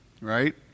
right